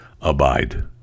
abide